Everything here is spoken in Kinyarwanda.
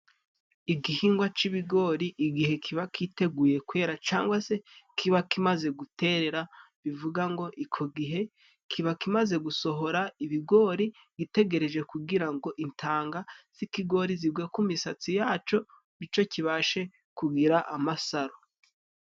Igihingwa cy'ibigori igihe kiba cyiteguye kwera, cyangwa se kiba kimaze guterera, bivuga ngo icyo gihe kiba kimaze gusohora ibigori, gitegereje kugira ngo intanga z'ikigori zigwe ku misatsi yacyo, bityo kibashe kugira amasaro.